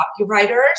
copywriters